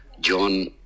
John